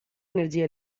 energia